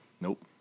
Nope